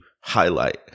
highlight